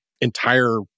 entire